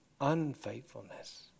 Unfaithfulness